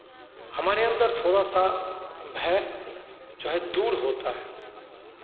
हमारे अन्दर थोड़ा सा भय जो है दूर होता है